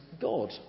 God